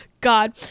God